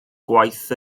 gwaith